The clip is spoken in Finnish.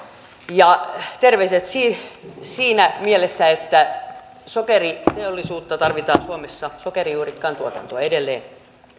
terveiset siinä mielessä että sokeriteollisuutta tarvitaan suomessa sokerijuurikkaan tuotantoa edelleen